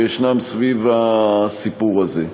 שישנן סביב הסיפור הזה.